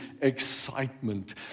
excitement